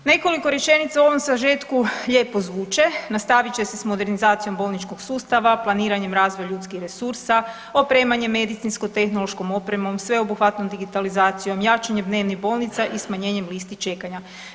Nekoliko rečenica u ovom sažetku lijepo zvuče, nastavit će se s modernizacijom bolničkog sustava, planiranjem razvoja ljudskih resursa, opremanje medicinsko-tehnološko opremom, sveobuhvatnom digitalizacijom, jačanje dnevnih bolnica i smanjenjem listi čekanja.